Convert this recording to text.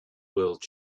world